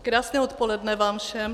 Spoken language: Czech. Krásné odpoledne vám všem.